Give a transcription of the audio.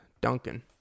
Duncan